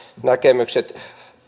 näkemykset